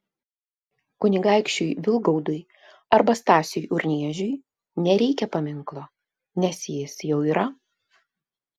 kunigaikščiui vilgaudui arba stasiui urniežiui nereikia paminklo nes jis jau yra